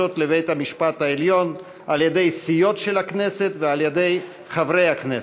לבית-המשפט העליון על-ידי סיעות של הכנסת ועל-ידי חברי הכנסת,